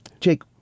Jake